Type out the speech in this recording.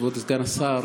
כבוד סגן השר,